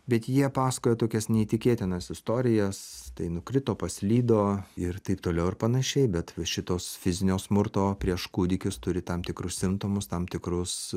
bet jie pasakoja tokias neįtikėtinas istorijas tai nukrito paslydo ir taip toliau ir panašiai bet šitos fizinio smurto prieš kūdikius turi tam tikrus simptomus tam tikrus